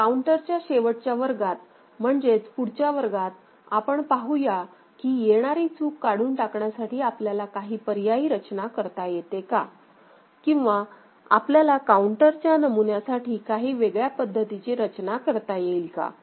तर काउंटरच्या शेवटच्या वर्गात म्हणजेच पुढच्या वर्गात आपण पाहूया की येणारी चुक काढून टाकण्यासाठी आपल्याला काही पर्यायी रचना करता येते का किंवा आपल्याला काऊंटरच्या नमुन्यासाठी काही वेगळ्या पद्धतीची रचना करता येईल का